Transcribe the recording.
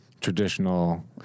traditional